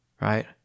right